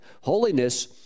Holiness